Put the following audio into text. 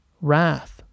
wrath